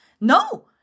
No